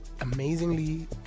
amazingly